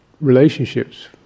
relationships